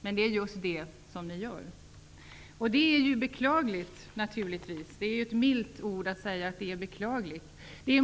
Men det är just vad ni gör. Naturligtvis är det beklagligt -- för att använda ett milt ord.